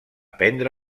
prendre